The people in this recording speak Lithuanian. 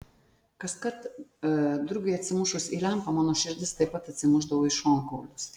kaskart drugiui atsimušus į lempą mano širdis taip pat atsimušdavo į šonkaulius